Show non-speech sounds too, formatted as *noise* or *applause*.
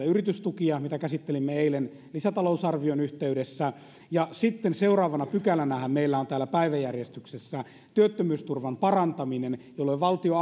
*unintelligible* yritystukia mitä käsittelimme eilen lisätalousarvion yhteydessä ja sitten seuraavana pykälänähän meillä on täällä päiväjärjestyksessä työttömyysturvan parantaminen jolloin valtio *unintelligible*